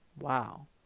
Wow